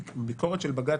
הביקורת של בג"ץ,